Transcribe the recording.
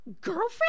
Girlfriend